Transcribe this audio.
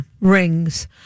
rings